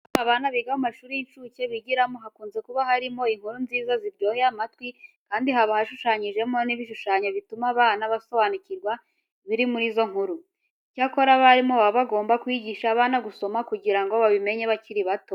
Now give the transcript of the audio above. Mu bitabo abana biga mu mashuri y'incuke bigiramo hakunze kuba harimo inkuru nziza ziryoheye amatwi kandi haba hashushanyijemo n'ibishushanyo bituma abana basobanukirwa ibiri muri izo nkuru. Icyakora abarimu baba bagomba kwigisha abana gusoma kugira ngo babimenye bakiri bato.